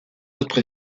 autres